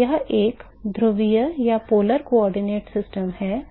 यह एक ध्रुवीय निर्देशांक प्रणाली है